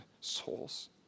souls